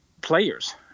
players